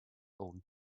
own